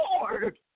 Lord